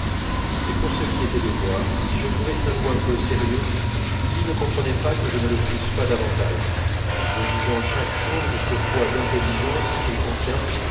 et pour ce qui était de moi si je trouvais saint loup un peu sérieux lui ne comprenait pas que je ne le fusse pas davantage ne jugeant chaque chose qu'au poids de l'intelligence qu'elle contient